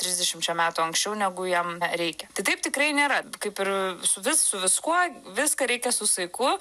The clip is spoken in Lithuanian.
trisdešimčia metų anksčiau negu jam reikia tai taip tikrai nėra kaip ir su vis su viskuo viską reikia su saiku